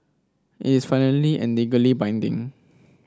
it is final and legally binding